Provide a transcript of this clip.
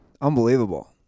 Unbelievable